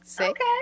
okay